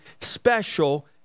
special